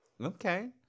Okay